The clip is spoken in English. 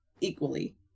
equally